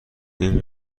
این